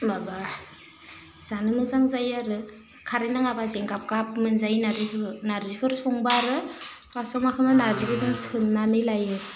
माबा जानो मोजां जायो आरो खारै नाङाबा जेंगाब गाब मोनजायो नारजिखौ नारजिफोर संबा आरो फार्स्टआव मा खालामो नारजिखौ जों सोमनानै लायो